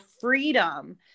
freedom